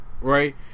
right